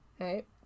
Right